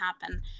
happen